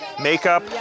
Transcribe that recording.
makeup